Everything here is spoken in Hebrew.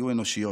יהיו אנושיות.